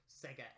Sega